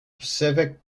specific